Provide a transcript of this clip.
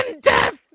death